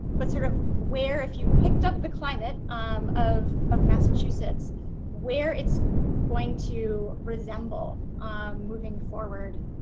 but sort of where if you picked up the climate um of of massachusetts where it's going to resemble moving forward